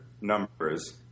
numbers